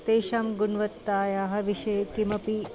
तेषां गुणवत्तायाः विषये किमपि